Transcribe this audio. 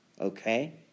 okay